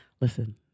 Listen